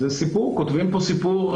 כותבים פה סיפור,